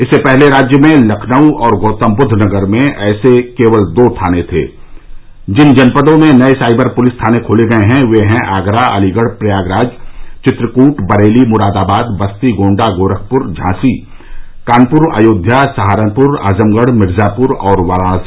इससे पहले राज्य में लखनऊ और गौतमबुद्दनगर में ऐसे केवल दो थाने थे जिन जनपदों में नए साइबर पुलिस थाने खोले गये हैं वे हैं आगरा अलीगढ़ प्रयागराज चित्रकूट बरेली मुरादाबाद बस्ती गोंडा गोरखप्र झाँसी कानपुर अयोध्या सहारनप्र आजमगढ़ मिर्जाप्र और वाराणसी